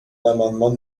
l’amendement